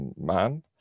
man